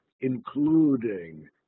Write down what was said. including